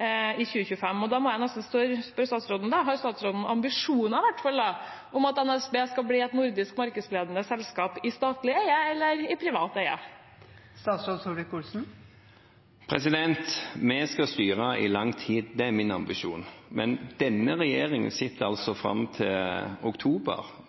i 2025. Da må jeg nesten spørre statsråden: Har statsråden ambisjoner om at NSB skal bli et nordisk markedsledende selskap i statlig eller i privat eie? Vi skal styre i lang tid – det er min ambisjon. Men denne regjeringen sitter fram til oktober.